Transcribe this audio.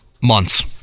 months